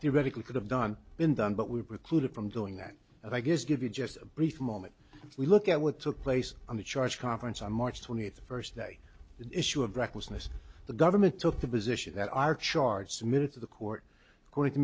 theoretically could have done been done but we're precluded from doing that if i just give you just a brief moment we look at what took place on the charge conference on march twentieth the first day the issue of recklessness the government took the position that our charge submitted to the court according to